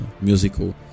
musical